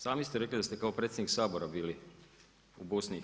Sami ste rekli da ste kao predsjednik Sabora bili u BIH.